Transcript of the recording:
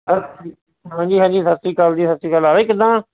ਸਤਿ ਹਾਂਜੀ ਹਾਂਜੀ ਸਤਿ ਸ਼੍ਰੀ ਅਕਾਲ ਜੀ ਸਤਿ ਸ਼੍ਰੀ ਅਕਾਲ ਹਾਂ ਵੀ ਕਿੱਦਾਂ